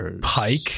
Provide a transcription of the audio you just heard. Pike